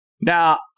Now